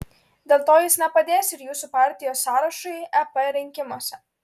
dėl to jis nepadės ir jūsų partijos sąrašui ep rinkimuose